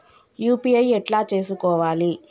UPI ఎట్లా చేసుకోవాలి?